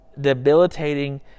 debilitating